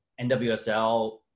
NWSL